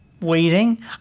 waiting